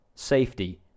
safety